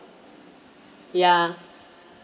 ya